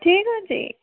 ଠିକ୍ ଅଛି